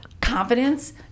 confidence